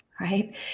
Right